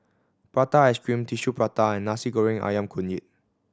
prata ice cream Tissue Prata and Nasi Goreng Ayam Kunyit